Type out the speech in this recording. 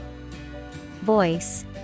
voice